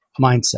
mindset